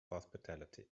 hospitality